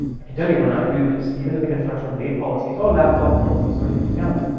i can tell you when i do this even in the construction of late policies, or laptop policies, or anything else.